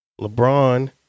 LeBron